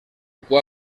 cua